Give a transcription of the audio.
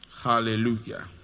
Hallelujah